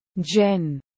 Jen